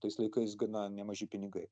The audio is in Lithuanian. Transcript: tais laikais gana nemaži pinigai